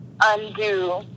undo